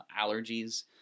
allergies